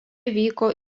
vyko